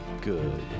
good